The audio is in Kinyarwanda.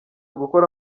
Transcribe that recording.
gukora